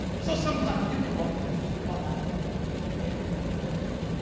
so sometimes you can look at these, you could say, well, that's a depiction of a whale or whatever.